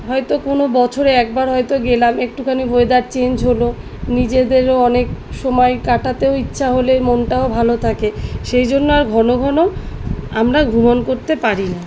হয়তো কোনো বছরে একবার হয়তো গেলাম একটুখানি ওয়েদার চেঞ্জ হলো নিজেদেরও অনেক সময় কাটাতেও ইচ্ছা হলে মনটাও ভালো থাকে সেই জন্য আর ঘন ঘন আমরা ভ্রমণ করতে পারি না